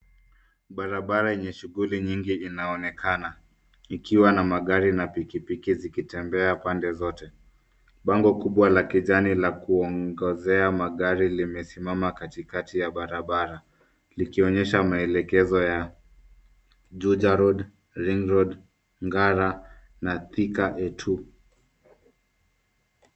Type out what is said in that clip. Barabara yenye shughuli nyingi inaonekana ikiwa na magari na pikipiki zikitembea pande zote. Bango kubwa la kijani la kuongozea magari limesimama katikati ya barabara likionyesha maelekezo ya Juja Road, Ring Road, Ngara na Thika A2.